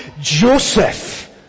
Joseph